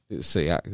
see